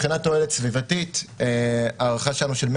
מבחינת תועלת סביבתית ההערכה שלנו היא